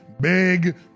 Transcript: big